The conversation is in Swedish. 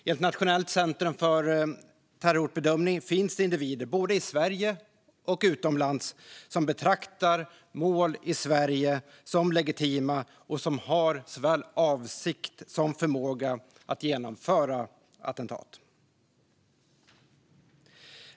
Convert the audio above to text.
Enligt Nationellt centrum för terrorhotbedömning finns det individer, både i Sverige och utomlands, som betraktar mål i Sverige som legitima och som har såväl avsikt som förmåga att genomföra attentat.